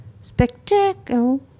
spectacle